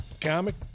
comic